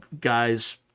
guys